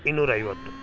ಇನ್ನೂರೈವತ್ತು